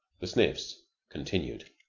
the sniffs continued.